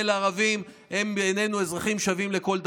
הערבים הם בעינינו אזרחים שווים לכל דבר.